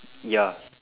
ya